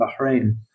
Bahrain